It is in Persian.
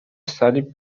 صلیب